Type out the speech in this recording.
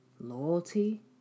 Loyalty